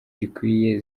gikwiye